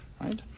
Right